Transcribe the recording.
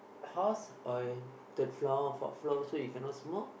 house or third floor fourth floor also you cannot smoke